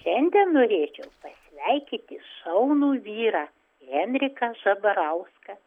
šiandien norėčiau pasveikiti šaunų vyrą henriką zabarauską